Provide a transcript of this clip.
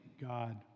God